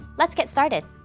let's get started.